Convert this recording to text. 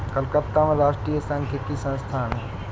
कलकत्ता में राष्ट्रीय सांख्यिकी संस्थान है